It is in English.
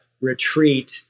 retreat